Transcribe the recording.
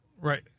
Right